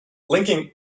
linking